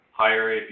higher